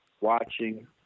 watching